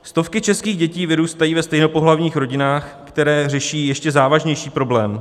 Stovky českých dětí vyrůstají ve stejnopohlavních rodinách, které řeší ještě závažnější problém.